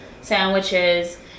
sandwiches